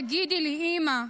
תגידי לי, אימא,